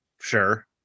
sure